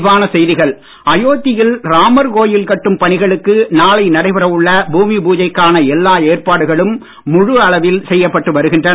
அயோத்தி அயோத்தியில் ராமர் கோவில் கட்டும் பணிகளுக்கு நாளை நடைபெற உள்ள பூமி பூஜைக்கான எல்லா ஏற்பாடுகளும் முழு அளவில் செய்யப்பட்டு வருகின்றன